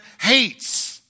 hates